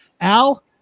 Al